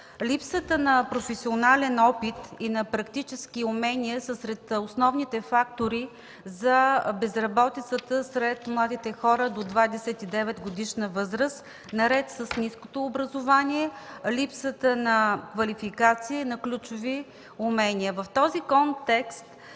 Липсата на професионален опит и на практически умения са сред основните фактори за безработицата сред младите хора до 29 годишна възраст наред с ниското образование, липсата на квалификация и на ключови умения.